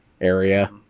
area